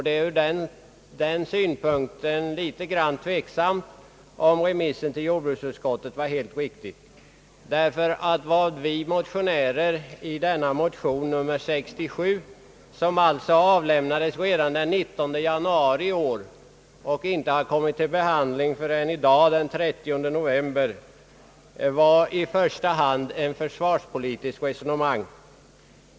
Det är från den synpunkten något tveksamt om remissen till jordbruksutskottet var helt riktig. Vad vi motionärer i denna motion, nr 67, som alltså avlämnades redan den 19 januari i år och inte kommit upp till behandling i kammaren förrän i dag, den 30 november, i första hand syftade till var ett försvarspolitiskt resonemang.